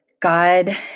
God